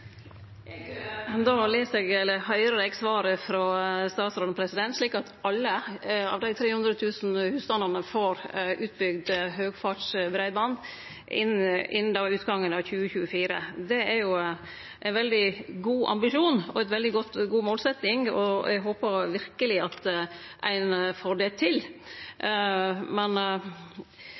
høyrer eg svaret frå statsråden slik at alle dei 300 000 husstandane får utbygd høgfartsbreiband innan utgangen av 2024. Det er jo ein veldig god ambisjon og ei veldig god målsetjing, og eg håpar verkeleg at ein får det til. Det får no tida vise om ein gjer, men